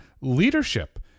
leadership